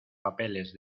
papeles